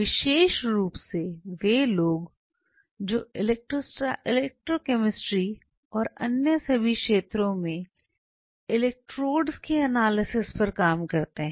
विशेष रूप से वे लोग जो इलेक्ट्रोकैमिस्ट्री और अन्य सभी क्षेत्रों के इलेक्ट्रोड के एनालिसिस पर काम करते हैं